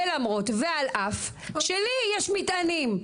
ולמרות ועל אף שלי יש מטענים,